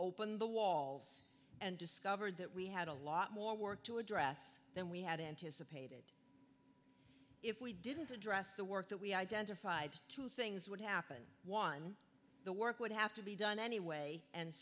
open the walls and discovered that we had a lot more work to address than we had anticipated if we didn't address the work that we identified two things would happen one the work would have to be done anyway and